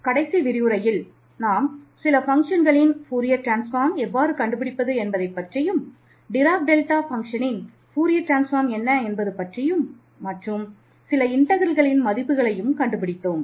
கடைசி விரிவுரையில் நாம் சில ஃபங்க்ஷன்களின் மதிப்புகளையும் கண்டுபிடித்தோம்